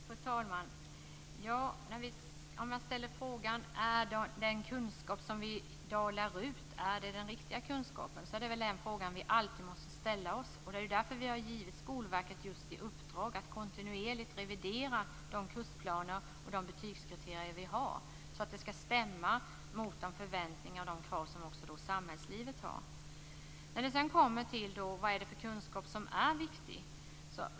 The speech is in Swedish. Fru talman! Den fråga som vi alltid måste ställa oss är väl: Är den kunskap som vi i dag lär ut den riktiga kunskapen? Vi har ju gett Skolverket i uppdrag att kontinuerligt revidera de kursplaner och de betygskriterier som vi har just för att de skall stämma mot de förväntningar och krav som också samhällslivet har. Vad är det då för kunskap som är viktig?